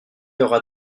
aura